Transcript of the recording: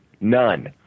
None